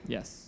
Yes